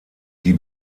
die